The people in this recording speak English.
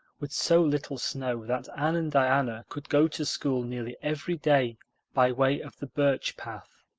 with so little snow that anne and diana could go to school nearly every day by way of the birch path.